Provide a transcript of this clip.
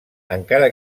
encara